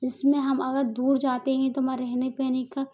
इसमें हम अगर दूर जाते हैं तो वहा रहने पैने का